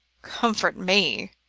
comfort me?